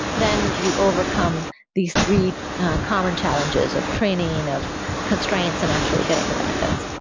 then you overcome these three common challenges of training, of constraints and actually getting the benefit,